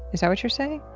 is that what you're saying?